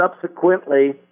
subsequently